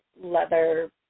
leather